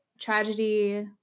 tragedy